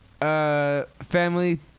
family